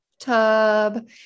tub